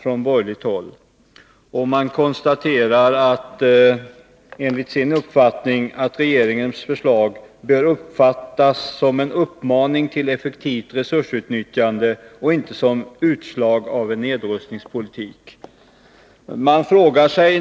Och enligt majoritetens uppfattning bör regeringens förslag ”uppfattas som en uppmaning till effektivt resursutnyttjande, inte som utslag av en nedrustningspolitik”.